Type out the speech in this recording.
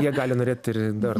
jie gali norėt ir dar